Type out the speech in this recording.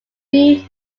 few